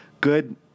Good